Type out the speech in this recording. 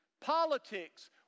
politics